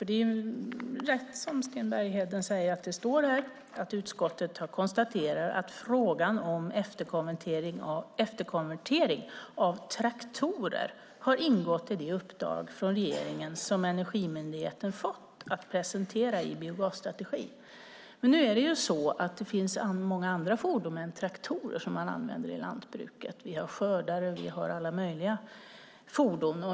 Det är riktigt, som Sten Bergheden säger, att det står i betänkandet: "Utskottet konstaterar att frågan om efterkonvertering av traktorer har ingått i det uppdrag från regeringen som Energimyndigheten fått att presentera en biogasstrategi." Nu är det så att det finns många andra fordon än traktorer som man använder i lantbruket. Vi har skördare och alla möjliga fordon.